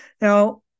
Now